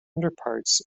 underparts